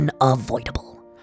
unavoidable